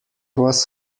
was